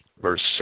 Verse